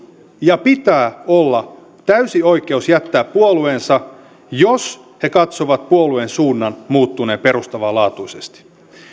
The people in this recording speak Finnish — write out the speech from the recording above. ja pitää olla täysi oikeus jättää puolueensa jos he katsovat puolueen suunnan muuttuneen perustavanlaatuisesti